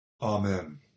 Amen